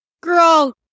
Girl